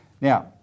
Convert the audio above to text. Now